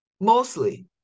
mostly